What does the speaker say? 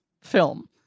film